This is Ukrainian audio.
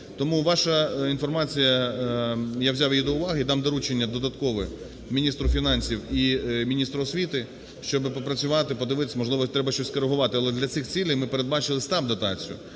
Тому ваша інформація, я взяв її до уваги. Дам доручення додаткове міністру фінансів і міністру освіти, щоб попрацювати, подивитися. Можливо, треба щось скоригувати. Але для цих цілей ми передбачилистабдотацію,